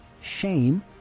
shame